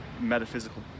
metaphysical